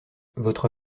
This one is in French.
votre